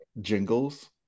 jingles